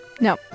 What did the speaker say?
No